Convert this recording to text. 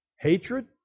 hatred